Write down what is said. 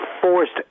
forced